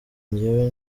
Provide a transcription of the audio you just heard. njyewe